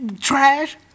Trash